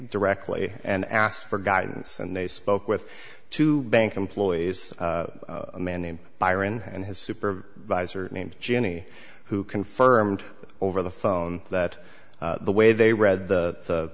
directly and asked for guidance and they spoke with two bank employees a man named byron and his supervisor named ginny who confirmed over the phone that the way they read the